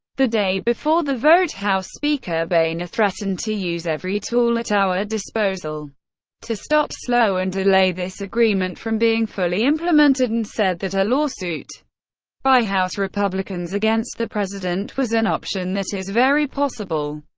the day before the vote, house speaker boehner threatened to use every tool at our disposal to stop, slow and delay this agreement from being fully implemented and said that a lawsuit by house republicans against the president was an option that is very possible.